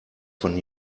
von